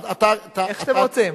איך שאתם רוצים.